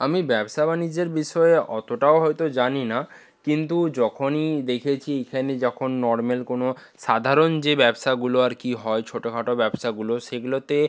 আমি ব্যবসা বাণিজ্যের বিষয়ে অতটাও হয়তো জানি না কিন্তু যখনই দেখেছি এখানে যখন নরমাল কোনো সাধারণ যে ব্যবসাগুলো আর কি হয় ছোট খাটো ব্যবসাগুলো সেগুলোতে